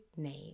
name